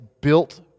built